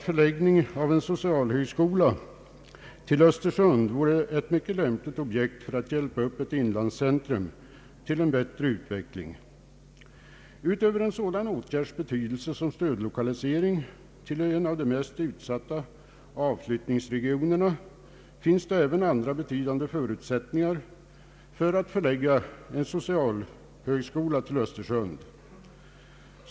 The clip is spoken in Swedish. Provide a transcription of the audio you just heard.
Förläggningen av en socialhögskola till Östersund vore ett mycket lämpligt objekt för att hjälpa upp ett inlandscentrum till en bättre utveckling. Utöver en sådan åtgärds betydelse som stödlokalisering till en av de mest utsatta avflyttningsregionerna, finns dei andra betydande förutsättningar för att förlägga en socialhögskola till Östersund.